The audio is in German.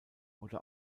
oder